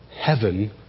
heaven